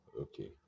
okay